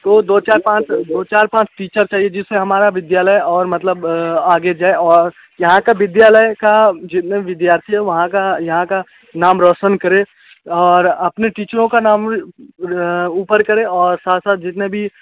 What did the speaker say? तो दो चार पाँच दो चार पाँच टीचर चाहिए जिससे हमारा विद्यालय और मतलब आगे जाए और यहाँ का विद्यालय का विद्यार्थी है वहाँ का यहाँ का नाम रौशन करे और अपने टीचरों का नाम ऊपर करे और साथ में जितने भी